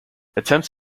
attempts